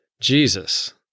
Jesus